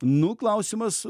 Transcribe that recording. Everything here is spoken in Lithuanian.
nu klausimas